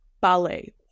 ballet